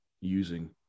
using